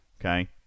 okay